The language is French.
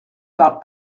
parle